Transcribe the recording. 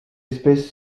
espèces